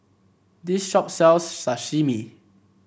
this shop sells Sashimi